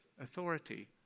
authority